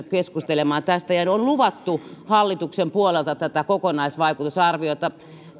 keskustelemaan tästä on luvattu hallituksen puolelta kokonaisvaikutusarviota